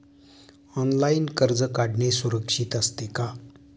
Online कर्ज काढणे सुरक्षित असते का?